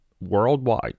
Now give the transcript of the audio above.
worldwide